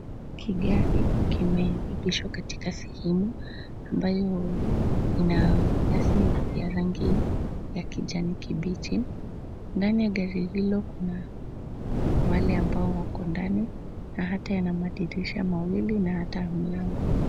Kigari kimeegeshwa katika sehemu ambayo ina nyasi ya rangi ya kijani kibichi. Ndani ya gari hilo kuna wale ambao wako ndani na hata yana madirisha mawili na hata milango.